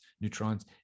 neutrons